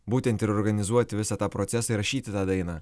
būtent ir organizuoti visą tą procesą įrašyti tą dainą